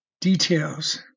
details